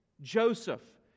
Joseph